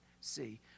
see